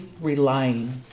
relying